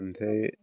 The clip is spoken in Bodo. ओमफ्राय